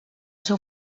seu